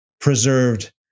preserved